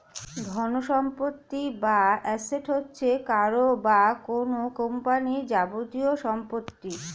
ধনসম্পত্তি বা অ্যাসেট হচ্ছে কারও বা কোন কোম্পানির যাবতীয় সম্পত্তি